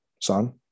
son